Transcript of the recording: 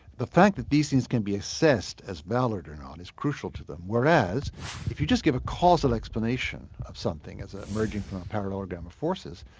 the fact that these things can be assessed as valid or not is crucial to them, whereas if you just give a causal explanation of something as ah emerging from a parallelogram of forces,